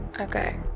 Okay